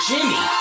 Jimmy